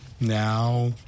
Now